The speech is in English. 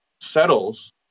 settles